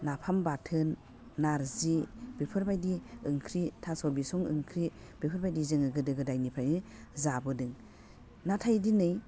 नाफाम बाथोन नारजि बेफोरबायदि ओंख्रि थास' बिसं ओंख्रि बेफोरबायदि जोङो गोदो गोदायनिफ्रायनो जाबोदों नाथाय दिनै